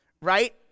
right